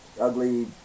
ugly